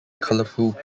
colorful